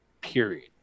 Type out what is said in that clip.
Period